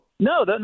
No